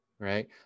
Right